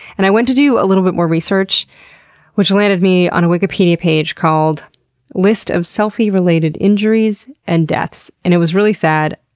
and i went to do a little bit more research which landed me on a wikipedia page called list of selfie-related injuries and deaths and it was really sad.